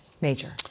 Major